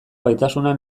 gaitasuna